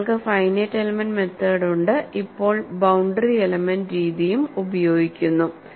നിങ്ങൾക്ക് finite element method ഉണ്ട് ഇപ്പോൾ ബൌണ്ടറി എലമെന്റ് രീതിയും ഉപയോഗിക്കുന്നു